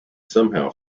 somehow